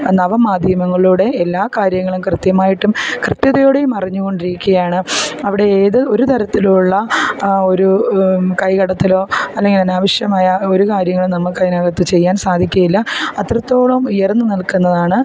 നവമാധ്യമങ്ങളിലൂടെ എല്ലാ കാര്യങ്ങളും കൃത്യമായിട്ടും കൃത്യതയോടെയും അറിഞ്ഞു കൊണ്ടിരിക്കുകയാണ് അവിടെ ഏത് ഒരുതരത്തിലും ഉള്ള ആ ഒരു കൈകടത്തലോ അല്ലെങ്കിൽ അനാവശ്യമായ ഒരു കാര്യങ്ങളും നമുക്ക് അതിനകത്ത് ചെയ്യാൻ സാധിക്കുകയില്ല അത്രത്തോളം ഉയർന്ന് നിൽക്കുന്നതാണ്